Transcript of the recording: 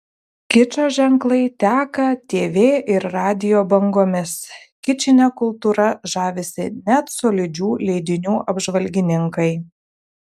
kičo ženklai teka tv ir radijo bangomis kičine kultūra žavisi net solidžių leidinių apžvalgininkai